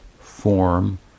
form